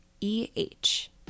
E-H